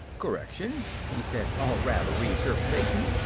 correction, he said. or rather, re-interpretation.